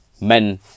Men